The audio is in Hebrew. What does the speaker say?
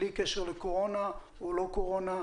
בלי קשר לקורונה או לא קורונה,